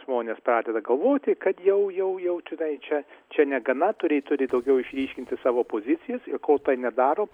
žmonės pradeda galvoti kad jau jau jau čionai čia čia negana turėt turi daugiau išryškinti savo pozicijas ir kol tai nedaro